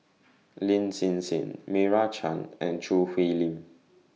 Lin Hsin Hsin Meira Chand and Choo Hwee Lim